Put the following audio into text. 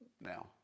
now